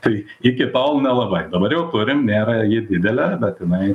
tai iki tol nelabai dabar jau turim nėra ji didelė bet jinai